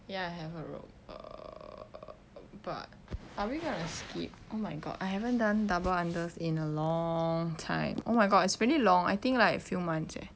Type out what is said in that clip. ya I have a rope err but are we gonna skip oh my god I haven't done double unders in a long time oh my god it's really long I think like a few months eh